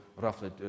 roughly